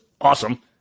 awesome